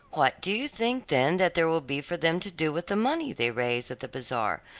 what do you think then that there will be for them to do with the money they raise at the bazaar,